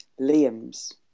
Liam's